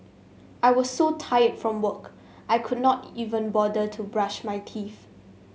I was so tired from work I could not even bother to brush my teeth